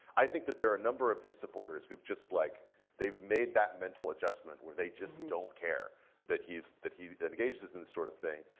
i think that there are a number of his supporters who've just like they've made that mental adjustment where they just don't care that he's that he engages in this sort of thing,